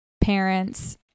parents